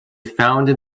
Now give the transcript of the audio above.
founded